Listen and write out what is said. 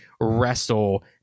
wrestle